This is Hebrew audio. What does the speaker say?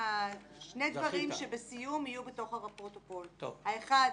שני דברים שבסיום יהיו בתוך הפרוטוקול: האחד,